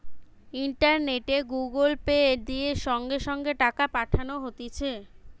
ইন্টারনেটে Google Pay, দিয়ে সঙ্গে সঙ্গে টাকা পাঠানো হতিছে